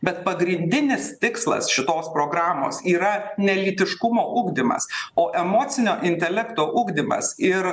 bet pagrindinis tikslas šitos programos yra ne lytiškumo ugdymas o emocinio intelekto ugdymas ir